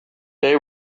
they